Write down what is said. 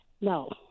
No